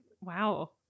wow